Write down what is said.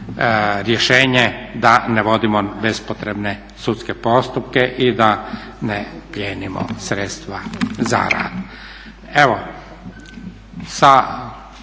rješenje da ne vodimo bespotrebne sudske postupke i da ne plijenimo sredstva za rad.